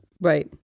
Right